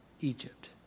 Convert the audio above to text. Egypt